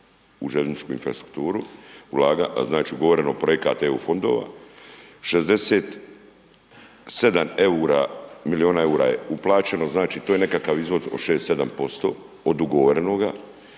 u željezničku infrastrukturu, znači, ugovoreno projekata i EU fondova, 67 milijuna EUR-a je uplaćeno, znači, to je nekakav izvod od 6-7% od ugovorenoga,